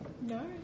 No